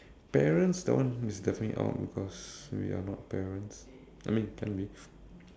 parents that one is definitely out because we are not parents I mean can be